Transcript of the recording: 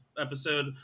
episode